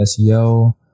SEO